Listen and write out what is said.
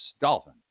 dolphin